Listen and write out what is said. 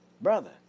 brother